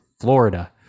Florida